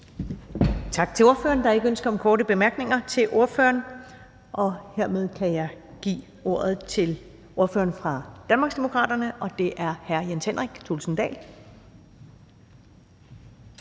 Tak til ordføreren. Der er ikke ønske om korte bemærkninger til ordføreren. Og hermed kan jeg give ordet til ordføreren for Danmarksdemokraterne, og det er hr. Jens Henrik Thulesen Dahl.